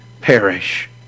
perish